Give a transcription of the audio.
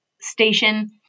Station